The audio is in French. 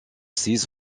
six